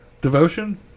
devotion